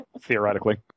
theoretically